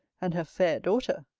and her fair daughter.